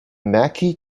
mackey